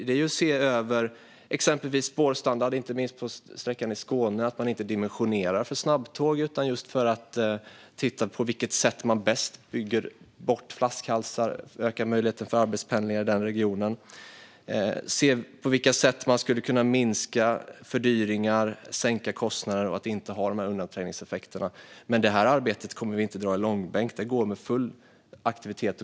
Det är att se över exempelvis spårstandard, inte minst på sträckan i Skåne, och att man inte dimensionerar för snabbtåg utan i stället tittar på vilket sätt man bäst bygger bort flaskhalsar och ökar möjligheten för arbetspendling i denna region. Man kan se på vilka sätt man skulle kunna minska fördyringar, sänka kostnader och undvika undanträngningseffekter. Men detta arbete kommer vi inte att dra i långbänk, utan det pågår med full aktivitet.